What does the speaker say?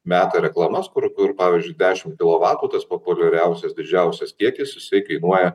meta reklamas kur kur pavyzdžiui dešim kilo vatų tas populiariausias didžiausias kiekis jisai kainuoja